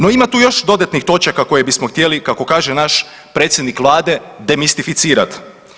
No ima tu još dodatnih točaka koje bismo htjeli, kako kaže naš predsjednik Vlade, demistificirat.